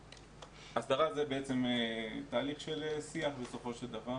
הסדרה זה תהליך של שיח בסופו של דבר